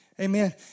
Amen